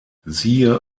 siehe